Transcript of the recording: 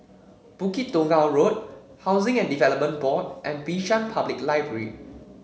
Bukit Tunggal Road Housing and Development Board and Bishan Public Library